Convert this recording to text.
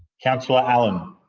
councillor allan